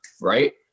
right